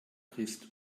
christ